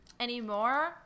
Anymore